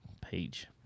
page